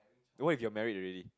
then what if you're married already